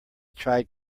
tried